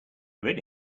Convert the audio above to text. really